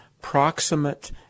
proximate